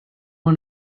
one